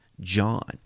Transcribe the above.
John